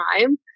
time